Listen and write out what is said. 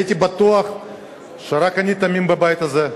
הייתי בטוח שרק אני תמים בבית הזה.